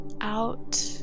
out